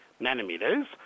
nanometers